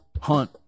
Hunt